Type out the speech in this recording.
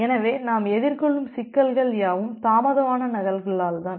எனவே நாம் எதிர்கொள்ளும் சிக்கல்கள் யாவும் தாமதமான நகல்களால் தான்